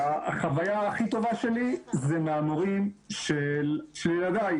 החוויה הכי טובה שלי זה מהמורים של ילדיי,